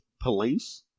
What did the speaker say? police